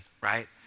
right